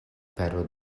perro